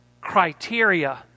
criteria